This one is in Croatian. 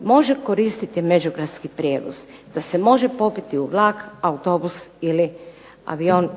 može koristiti međugradski prijevoz, da se može popeti u vlak, autobus ili avion